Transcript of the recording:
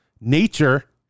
nature